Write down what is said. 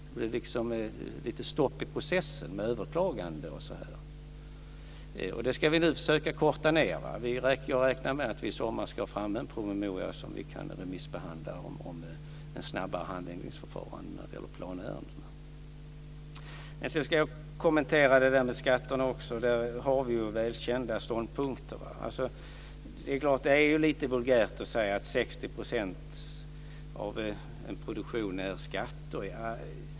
Det kan bli lite stopp i processen med överklaganden och så. Detta ska vi försöka korta ned. Jag räknar med att vi i sommar ska få fram en promemoria som vi kan remissbehandla om ett snabbare handläggningsförfarande när det gäller planärendena. Så ska jag kommentera det där med skatterna också. Där har vi välkända ståndpunkter. Det är klart att det är lite vulgärt att säga att 60 % av produktionen är skatter.